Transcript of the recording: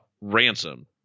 ransom